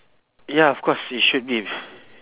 ya of course it should be